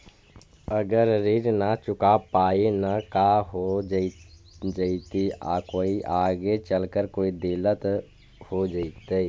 अगर ऋण न चुका पाई न का हो जयती, कोई आगे चलकर कोई दिलत हो जयती?